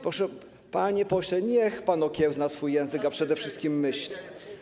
Panie pośle, niech pan okiełzna swój język, a przede wszystkim myśli.